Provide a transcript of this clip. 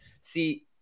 see